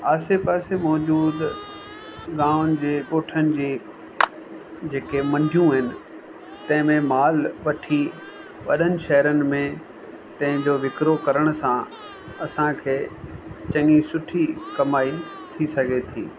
आसे पासे मौजूद गामनि जे ॻोठनि जे जे के मंजियूं आहिनि तंहिंमें माल वठी वॾनि शहरनि में तंहिं जो विकिड़ो करणु सां असांखे चङी सुठी कमाई थी सघे थी